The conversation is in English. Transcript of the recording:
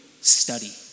study